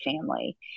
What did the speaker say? family